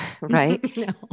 right